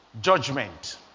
judgment